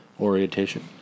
orientation